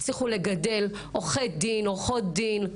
שהצליחו לגדל עורכי דין ועורכות דין,